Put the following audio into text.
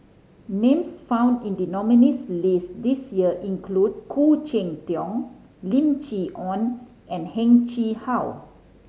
names found in the nominees' list this year include Khoo Cheng Tiong Lim Chee Onn and Heng Chee How